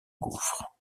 gouffre